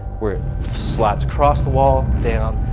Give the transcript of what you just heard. where it slides across the wall, down,